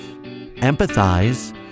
empathize